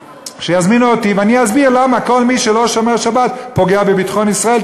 שיזמינו אותי ואני אסביר למה כל מי שלא שומר שבת פוגע בביטחון ישראל,